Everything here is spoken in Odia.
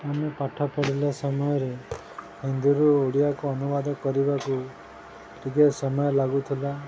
ଆମେ ପାଠ ପଢ଼ିଲା ସମୟରେ ହିନ୍ଦୀରୁ ଓଡ଼ିଆକୁ ଅନୁବାଦ କରିବାକୁ ଟିକେ ସମୟ ଲାଗୁଥିଲା